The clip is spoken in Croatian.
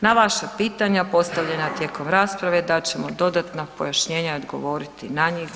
Na vaša pitanja postavljena tijekom rasprave, dat ćemo dodatna pojašnjenja i odgovoriti na njih.